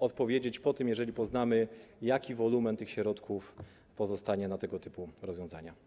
odpowiedzieć po tym, jeżeli poznamy, jaki wolumen tych środków pozostanie na tego typu rozwiązania.